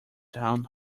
down